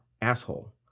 asshole